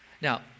Now